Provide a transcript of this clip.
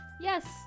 yes